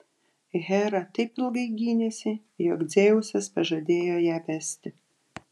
hera taip ilgai gynėsi jog dzeusas pažadėjo ją vesti